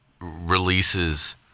releases